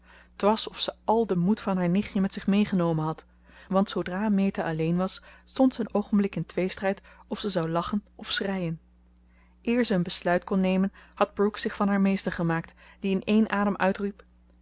was of ze al den moed van haar nichtje met zich mee genomen had want zoodra meta alleen was stond ze een oogenblik in tweestrijd of ze zou lachen of schreien eer ze een besluit kon nemen had brooke zich van haar meester gemaakt die in één adem uitriep